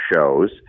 shows